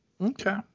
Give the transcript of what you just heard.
Okay